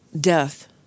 Death